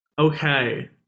okay